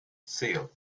seal